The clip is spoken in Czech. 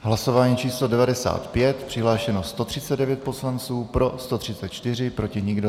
Hlasování pořadové číslo 95, přihlášeno 139 poslanců, pro 134, proti nikdo.